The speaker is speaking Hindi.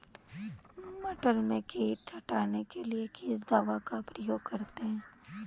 मटर में कीट हटाने के लिए किस दवा का प्रयोग करते हैं?